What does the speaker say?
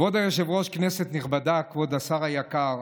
כבוד היושב-ראש, כנסת נכבדה, כבוד השר היקר,